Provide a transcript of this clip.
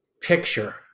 picture